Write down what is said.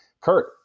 Kurt